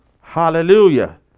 Hallelujah